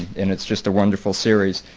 and it's just a wonderful series.